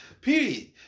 Period